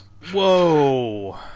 whoa